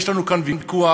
יש לנו כאן ויכוח,